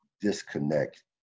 disconnect